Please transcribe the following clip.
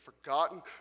forgotten